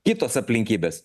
kitos aplinkybės